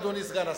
אדוני סגן השר.